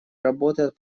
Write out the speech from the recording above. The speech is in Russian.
работает